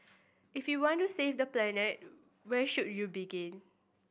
if you want to save the planet where should you begin